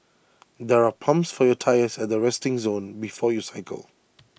there are pumps for your tyres at the resting zone before you cycle